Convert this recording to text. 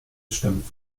stammt